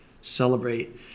celebrate